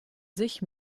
sich